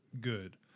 good